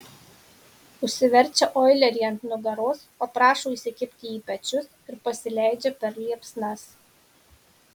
užsiverčia oilerį ant nugaros paprašo įsikibti į pečius ir pasileidžia per liepsnas